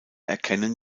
erkennen